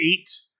eight